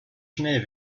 schnell